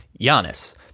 Giannis